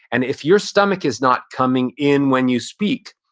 and if your stomach is not coming in when you speak,